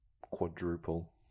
quadruple